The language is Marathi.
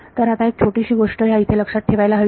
तर आता एक छोटीशी गोष्ट ह्या इथे लक्षात ठेवायला हवी